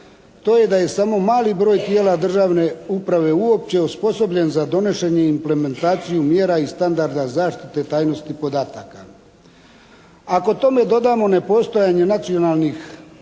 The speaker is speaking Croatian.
to je da je samo mali broj tijela državne uprave uopće osposobljen za donošenje implementacije mjera i standarda zaštite tajnosti podataka. Ako tome dodatno nepostojanje nacionalnih